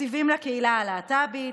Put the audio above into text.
תקציבים לקהילה הלהט"בית,